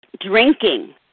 drinking